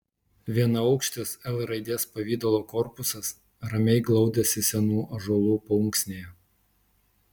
vienaukštis l raidės pavidalo korpusas ramiai glaudėsi senų ąžuolų paunksnėje